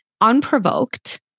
unprovoked